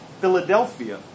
Philadelphia